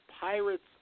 Pirates